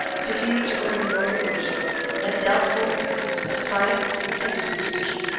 diffused over the northern regions a doubtful ray of science and superstition.